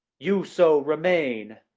you so remain.